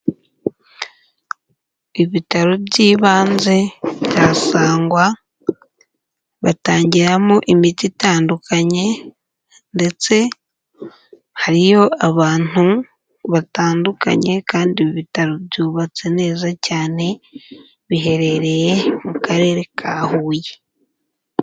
Ibitaro by'ibanze bya Sangwa batangiramo imiti itandukanye ndetse hariyo abantu batandukanye, kandi ibi bitaro byubatse neza cyane, biherereye mu karere ka Huye.